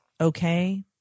okay